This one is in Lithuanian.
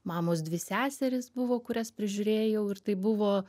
mamos dvi seserys buvo kurias prižiūrėjau ir tai buvo